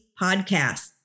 Podcast